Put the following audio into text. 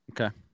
Okay